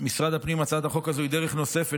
משרד הפנים הצעת החוק הזאת היא דרך נוספת